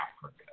Africa